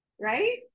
right